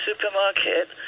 supermarket